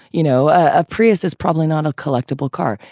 you know, a prius is probably not a collectible car.